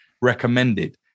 recommended